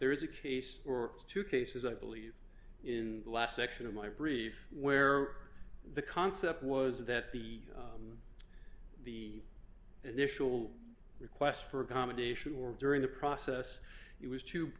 there is a case or two cases i believe in the last section of my brief where the concept was that the the initial request for accommodation or during the process it was to